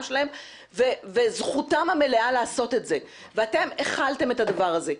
שלהם וזכותם המלאה לעשות את זה ואתם הכלתם את הדבר הזה.